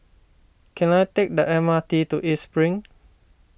can I take the M R T to East Spring